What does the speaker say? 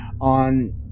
on